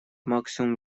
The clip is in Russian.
максимум